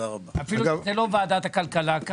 אפילו שכאן זאת לא ועדת הכלכלה.